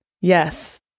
Yes